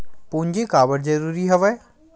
पूंजी काबर जरूरी हवय?